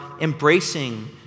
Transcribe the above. embracing